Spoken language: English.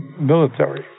military